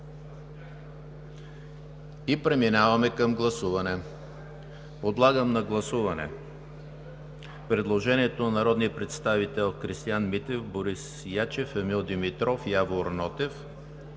и преминаваме към гласуване. Подлагам на гласуване предложението на народните представители Христиан Митев, Борис Ячев, Емил Димитров, Явор Нотев,